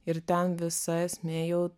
ir ten visa esmė jau